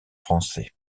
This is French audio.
français